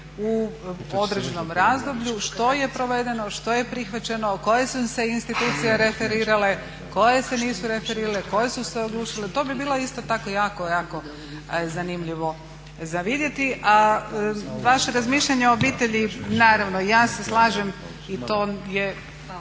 u određenom razdoblju što je provedeno, što je prihvaćeno, koje su se institucije referirale, koje se nisu referirale, koje su se odlučile. To bi bilo isto tako jako, jako zanimljivo za vidjeti. A vaše razmišljanje o obitelji, naravno ja se slažem i to je